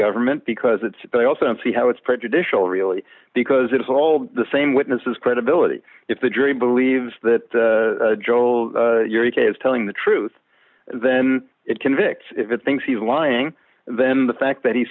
government because it's but i also don't see how it's prejudicial really because it's all the same witnesses credibility if the jury believes that joel eureka is telling the truth then it convict if it thinks he's lying then the fact that he